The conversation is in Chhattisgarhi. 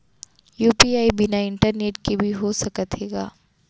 यू.पी.आई बिना इंटरनेट के भी हो सकत हे का?